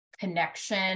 connection